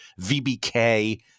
VBK